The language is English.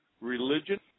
religion